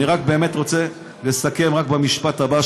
אני רק רוצה לסכם במשפט הבא,